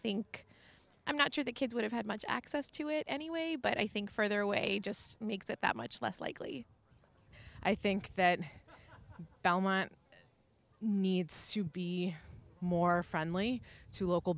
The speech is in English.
think i'm not sure the kids would have had much access to it anyway but i think for their way just makes it that much less likely i think that belmont needs to be more friendly to local